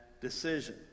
decision